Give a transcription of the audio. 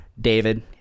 David